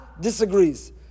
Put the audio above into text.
disagrees